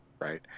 right